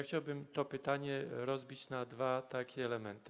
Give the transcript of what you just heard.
Chciałbym to pytanie rozbić na dwa elementy.